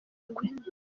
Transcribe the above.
kwe